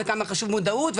וכמה חשובה מודעות,